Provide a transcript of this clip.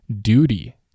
duty